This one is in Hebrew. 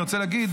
אני רוצה להגיד,